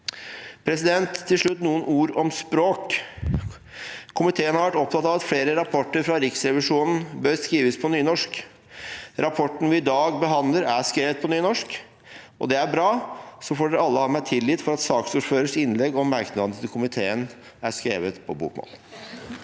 utdanning. Til slutt noen ord om språk: Komiteen har vært opptatt av at flere rapporter fra Riksrevisjonen bør skrives på nynorsk. Rapporten vi i dag behandler, er skrevet på nynorsk, og det er bra. Så får dere alle ha meg tilgitt at saksordførers innlegg og merknadene til komiteen er skrevet på bokmål.